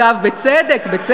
אגב, בצדק.